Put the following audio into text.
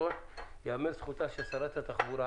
ייאמר לזכותה של שרת התחבורה